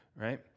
right